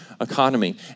economy